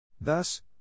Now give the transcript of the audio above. Thus